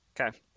Okay